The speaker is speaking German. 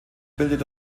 bildet